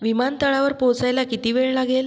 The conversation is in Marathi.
विमानतळावर पोहोचायला किती वेळ लागेल